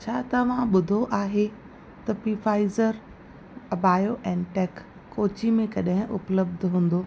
छा तव्हां ॿुधो आहे त पी Pfizer BioNTech Kochi में कॾहिं उपलब्ध हूंदो